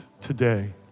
today